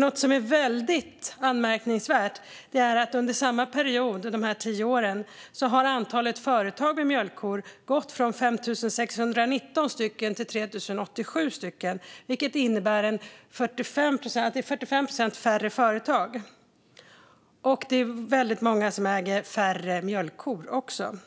Något som är anmärkningsvärt är att under samma tioårsperiod har antalet företag med mjölkkor minskat från 5 619 till 3 087 stycken, vilket innebär 45 procent färre företag. Det är också många som äger färre mjölkkor. Om man